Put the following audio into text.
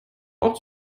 auch